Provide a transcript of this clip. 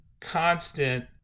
constant